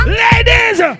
ladies